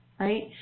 Right